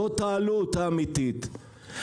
זאת העלות האמיתית.